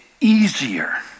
easier